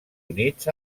units